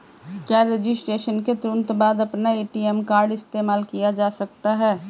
क्या रजिस्ट्रेशन के तुरंत बाद में अपना ए.टी.एम कार्ड इस्तेमाल किया जा सकता है?